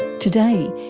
today,